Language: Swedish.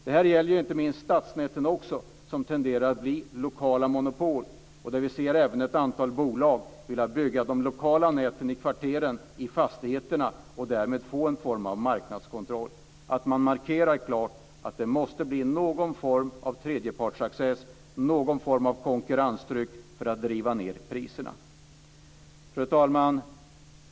Det gäller inte minst också stadsnäten. De tenderar att bli lokala monopol. Vi ser även att ett antal bolag har velat bygga de lokala näten i kvarteren, i fastigheterna, och därmed få en form av marknadskontroll. Man måste klart markera att det måste bli någon form av tredjepartsaccess, någon form av konkurrenstryck för att driva ned priserna. Fru talman!